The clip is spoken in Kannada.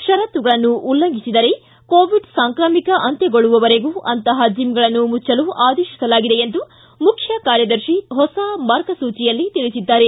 ಷರತ್ತುಗಳನ್ನು ಉಲ್ಲಂಘಿಸಿದರೆ ಕೋವಿಡ್ ಸಾಂಕ್ರಾಮಿಕ ಅಂತ್ಯಗೊಳ್ಳುವವರೆಗೂ ಅಂತಪ ಜಿಮ್ಗಳನ್ನು ಮುಚ್ಚಲು ಆದೇಶಿಸಲಾಗಿದೆ ಎಂದು ಮುಖ್ಯ ಕಾರ್ಯದರ್ಶಿ ಹೊಸ ಮಾರ್ಗಸೂಚಿಯಲ್ಲಿ ತಿಳಿಸಿದ್ದಾರೆ